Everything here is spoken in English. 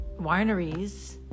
wineries